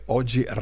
oggi